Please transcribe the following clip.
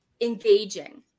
engaging